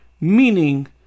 Meaning